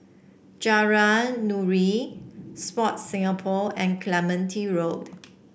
Nuri Sport Singapore and Clementi Road